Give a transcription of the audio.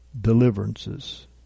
Deliverances